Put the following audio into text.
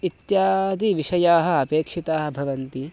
इत्यादि विषयाः अपेक्षिताः भवन्ति